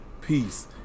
Peace